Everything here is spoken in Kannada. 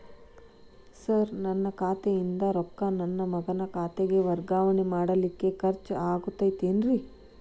ಸರ್ ನನ್ನ ಖಾತೆಯಿಂದ ರೊಕ್ಕ ನನ್ನ ಮಗನ ಖಾತೆಗೆ ವರ್ಗಾವಣೆ ಮಾಡಲಿಕ್ಕೆ ಖರ್ಚ್ ಆಗುತ್ತೇನ್ರಿ?